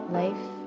life